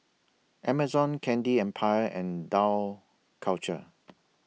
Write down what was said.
Amazon Candy Empire and Dough Culture